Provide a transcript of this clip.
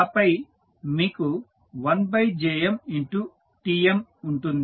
ఆపై మీకు 1JmTmఉంటుంది